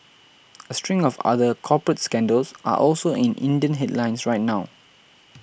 a string of other corporates scandals are also in Indian headlines right now